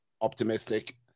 optimistic